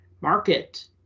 market